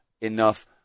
enough